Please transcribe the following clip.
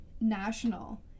National